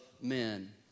men